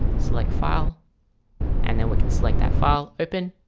select file and then we can select that file open